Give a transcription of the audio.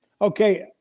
Okay